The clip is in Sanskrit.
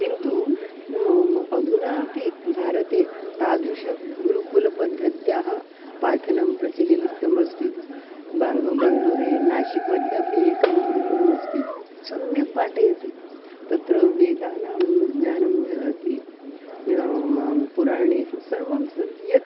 किन्तु अधुनापि भारते तादृश गुरुकुलपद्धत्याः पाठनं प्रचलितमस्ति बाङ्ग् बङ्ग्लूरे नाशिकमध्ये अपि एकं गुरुकुलमस्ति सम्यक् पाठयति तत्र वेदानां ज्ञानं ददाति पुराणेषु सर्वं यत्